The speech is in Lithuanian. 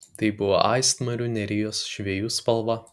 tai buvo aistmarių nerijos žvejų spalva